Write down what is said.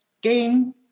game